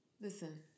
Listen